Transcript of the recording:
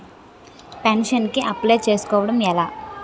Pension కి apply చేసుకోవడం ఎలా?